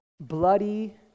bloody